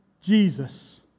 Jesus